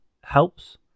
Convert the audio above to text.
helps